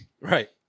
Right